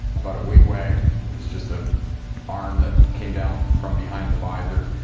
about a wig-wag it was just a arm that came down from behind the visor.